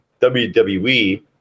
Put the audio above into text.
WWE